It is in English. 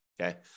okay